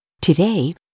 Today